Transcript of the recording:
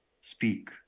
speak